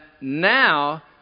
now